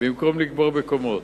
במקום לקבור בקומות.